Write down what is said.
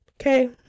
Okay